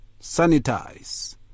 Sanitize